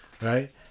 right